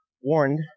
warned